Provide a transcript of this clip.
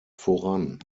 voran